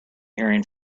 hearing